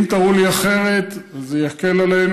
אם תראו לי אחרת זה יקל עלינו.